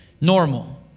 normal